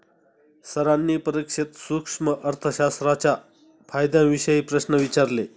सरांनी परीक्षेत सूक्ष्म अर्थशास्त्राच्या फायद्यांविषयी प्रश्न विचारले